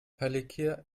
palikir